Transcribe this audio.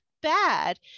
bad